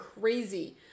crazy